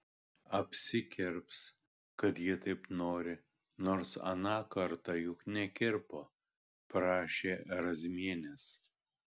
apsikirps kad ji taip nori nors aną kartą juk nekirpo prašė razmienės